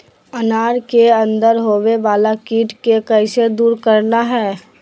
अनार के अंदर होवे वाला कीट के कैसे दूर करना है?